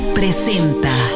presenta